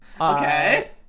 Okay